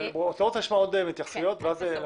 אבל אני רוצה לשמוע התייחסויות אחרות ואחר כך תגיבו.